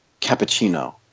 cappuccino